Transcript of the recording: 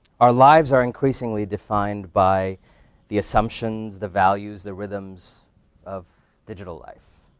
our lives are increasingly defined by the assumptions, the values, the rhythms of digital life.